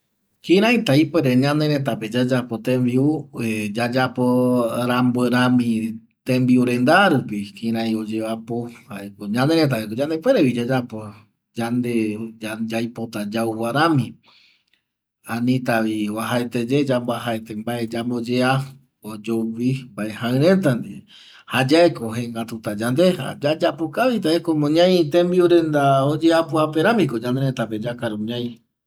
Kiraita ipuere ñane rëtape yayapo tembiu yayapo rami tembiu renda rupi kirai oyeapo ñane rëtapeko yande puerevi yayapo yande yaipota yauva rami anitavi oajaeteye yamboajaete yamboyea oyougui mbae jaƚ reta ndie jayaeko jengätuta yande yayapo kavita e como ñai tembiu renda oyeapoape ramiko ñanë rëtape yakaru ñai